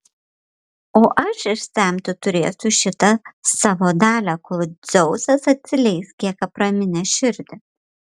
o aš išsemti turėsiu šitą savo dalią kol dzeusas atsileis kiek apraminęs širdį